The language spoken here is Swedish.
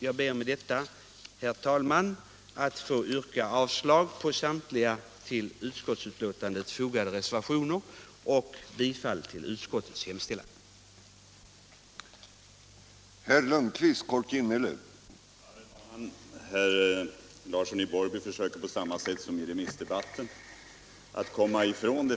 Jag ber med detta, herr talman, att få yrka bifall till utskottets hemställan, vilket innebär avslag på samtliga till utskottsbetänkandet fogade reservationer.